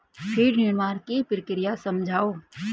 feed निर्माण की प्रक्रिया समझाओ